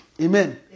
Amen